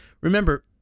remember